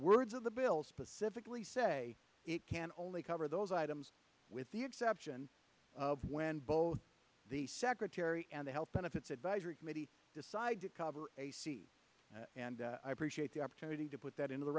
words of the bills specifically say it can only cover those items with the exception of when both the secretary and the health benefits advisory committee decide to cover and i appreciate the opportunity to put that into the